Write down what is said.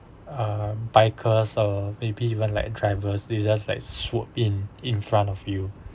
uh bikers or maybe even like drivers they just like swoop in in front of you